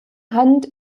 hand